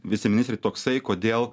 viceministrei toksai kodėl